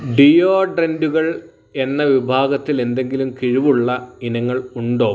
ഡിയോഡ്രൻ്റുകൾ എന്ന വിഭാഗത്തിൽ എന്തെങ്കിലും കിഴിവുള്ള ഇനങ്ങൾ ഉണ്ടോ